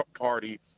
party